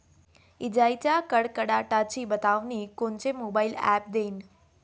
इजाइच्या कडकडाटाची बतावनी कोनचे मोबाईल ॲप देईन?